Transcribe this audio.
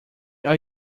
are